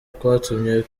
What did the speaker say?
kwatumye